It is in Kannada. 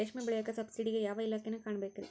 ರೇಷ್ಮಿ ಬೆಳಿಯಾಕ ಸಬ್ಸಿಡಿಗೆ ಯಾವ ಇಲಾಖೆನ ಕಾಣಬೇಕ್ರೇ?